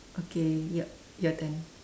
okay your your turn